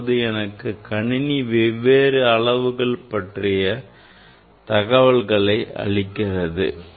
இப்போது எனக்கு கணினி வெவ்வேறு அளவுகள் பற்றிய தகவல்களை அளிக்கிறது